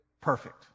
perfect